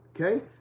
okay